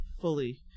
fully